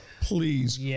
please